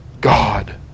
God